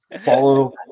follow